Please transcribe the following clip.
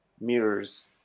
mirrors